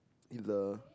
eat the